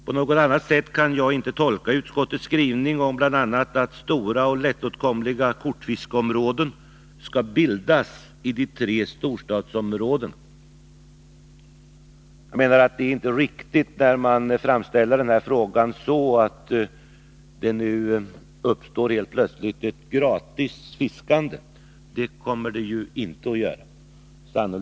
På något annat sätt kan jag inte tolka utskottets skrivning om att bl.a. stora och lättåtkomliga kortfiskeområden skall bildas i de tre storstadsområdena. Jag menar att det inte är riktigt när man framställer den här frågan så att det nu helt plötsligt uppstår ett gratisfiskande. Det kommer det ju inte att göra.